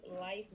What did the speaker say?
life